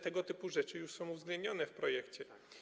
Tego typu rzeczy już są uwzględnione w projekcie.